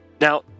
Now